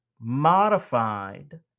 modified